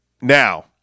Now